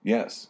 Yes